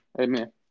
Amen